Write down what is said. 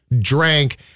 drank